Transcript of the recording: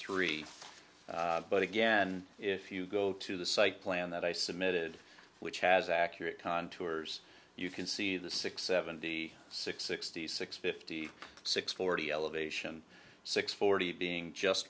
three but again if you go to the site plan that i submitted which has accurate contours you can see the six seventy six sixty six fifty six forty elevation six forty being just